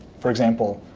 for example,